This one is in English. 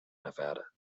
nevada